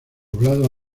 poblado